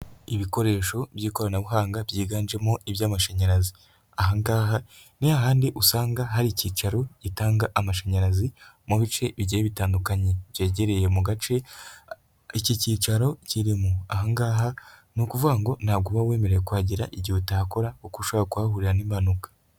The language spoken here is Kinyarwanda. Ibikoresho by'ikoranabuhanga byiganjemo iby'amashanyarazi, aha ngaha ni hahandi usanga hari ikicaro gitanga amashanyarazi mu bice bigiye bitandukanye byegereye mu gace iki kicaro kirimo, aha ngaha ni ukuvuga ngo ntabwo uba wemerewe kuhagera igihe utahakora, kuko ushobora kuhahurira n'impanuka.